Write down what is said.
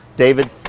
david,